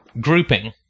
grouping